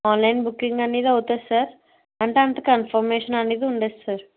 online booking అనేది అవుతుంది sir అంటే అంత కన్ఫర్మేషన్ అనేది ఉండదు సార్